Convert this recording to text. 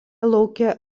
lauke